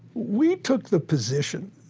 we took the position